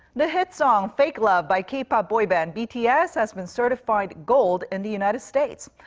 the hit song fake love by k-pop ah boy band bts has been certified gold in the united states.